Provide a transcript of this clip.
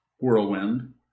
whirlwind